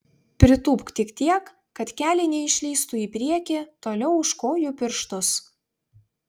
pritūpk tik tiek kad keliai neišlįstų į priekį toliau už kojų pirštus